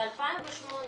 ב-2018,